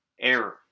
error